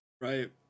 Right